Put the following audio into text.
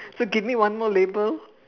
so give me one more label